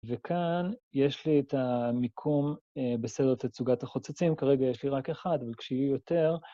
וכאן יש לי את המיקום בסדר תצוגת החוצצים, כרגע יש לי רק אחד, אבל כשיהיו יותר...